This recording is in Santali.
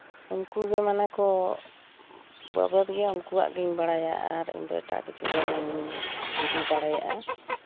ᱩᱱᱠᱩ ᱜᱮ ᱢᱟᱱᱮ ᱠᱚ ᱵᱤᱵᱟᱹᱫ ᱜᱮᱭᱟ ᱩᱱᱠᱩᱣᱟᱜ ᱜᱤᱧ ᱵᱟᱲᱟᱭᱟ ᱟᱨ ᱤᱧᱫᱚ ᱮᱴᱟᱜ ᱠᱤᱪᱷᱩ ᱫᱚ ᱵᱟᱹᱧ ᱤᱫᱤ ᱫᱟᱲᱮᱭᱟᱜᱼᱟ